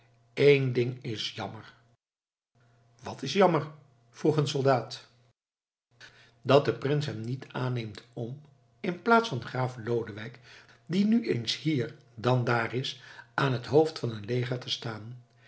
één ding is jammer wat is jammer vroeg een soldaat dat de prins hem niet aanneemt om inplaats van graaf lodewijk die nu eens hier dan daar is aan het hoofd van een leger te staan